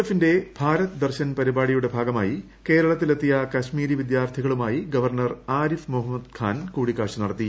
എഫി ന്റെ ഭാരത് ദർശൻ പരിപാടിയുടെ ഭാഗമായി കേരളത്തിലെത്തിയ കശ്മീരി വിദ്യാർത്ഥികളുമായി ഗവർണ്ണർ ആരിഫ് മുഹമ്മദ്ഖാൻ കൂടിക്കാഴ്ച നടത്തി